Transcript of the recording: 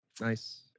Nice